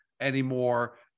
anymore